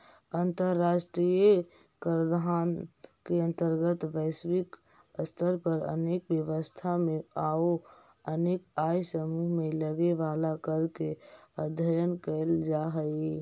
अंतर्राष्ट्रीय कराधान के अंतर्गत वैश्विक स्तर पर अनेक व्यवस्था में अउ अनेक आय समूह में लगे वाला कर के अध्ययन कैल जा हई